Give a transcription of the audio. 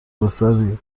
پسری